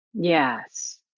Yes